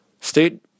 State